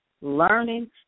learning